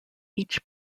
each